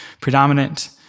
predominant